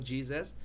Jesus